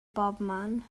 bobman